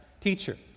Teacher